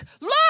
look